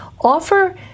offer